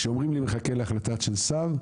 כשאומרים לי 'מחכה להחלטה של שר',